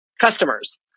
customers